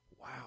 Wow